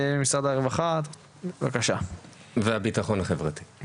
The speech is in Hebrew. ממשרד הרווחה והביטחון החברתי,